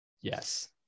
Yes